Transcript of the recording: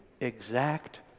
exact